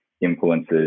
influences